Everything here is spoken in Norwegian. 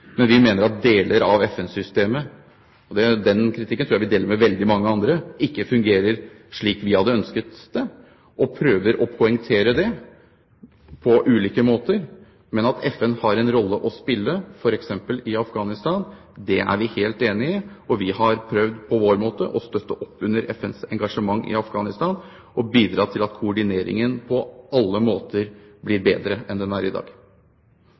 Vi mener at deler av FN-systemet – og den kritikken tror jeg vi deler med veldig mange andre – ikke fungerer slik vi hadde ønsket det, og prøver å poengtere det på ulike måter, men at FN har en rolle å spille f.eks. i Afghanistan, det er vi helt enig i. Vi har prøvd, på vår måte, å støtte opp under FNs engasjement i Afghanistan og bidra til at koordineringen på alle måter blir bedre enn den er i dag.